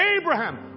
Abraham